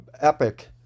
epic